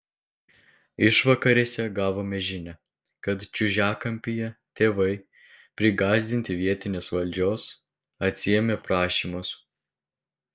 išvakarėse gavome žinią kad čiužiakampyje tėvai prigąsdinti vietinės valdžios atsiėmė prašymus